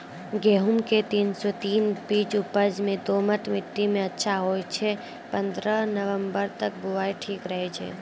गेहूँम के तीन सौ तीन बीज उपज मे दोमट मिट्टी मे अच्छा होय छै, पन्द्रह नवंबर तक बुआई ठीक रहै छै